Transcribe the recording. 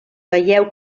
veieu